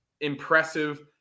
impressive